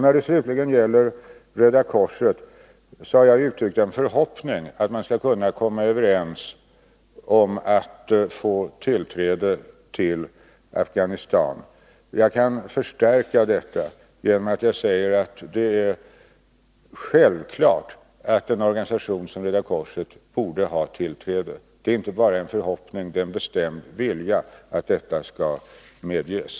När det slutligen gäller Röda korset har jag uttryckt en förhoppning att man skall kunna komma överens om att få tillträde till Afghanistan. Jag kan förstärka detta genom att säga att det är självklart att en organisation som Röda korset borde ha tillträde. Det är inte bara en förhoppning, utan det är en bestämd vilja att detta skall medges.